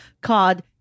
called